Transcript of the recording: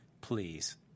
Please